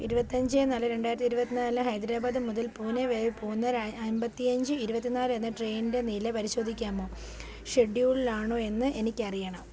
ഇരുപത്തഞ്ച് നാല് രണ്ടായിരത്തി ഇരുപത് നാല് ഹൈദരാബാദ് മുതൽ പൂനെ വരെ പൂനെ അൻപത്തി അഞ്ച് ഇരുപത്തി നാല് എന്ന ട്രെയനിൻ്റെ നില പരിശോധിക്കാമോ ഷെഡ്യൂൾള് ആണോ എന്ന് എനിക്കറിയണം